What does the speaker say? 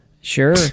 Sure